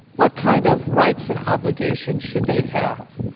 what kinds of rights and obligations should they have?